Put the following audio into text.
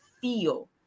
feel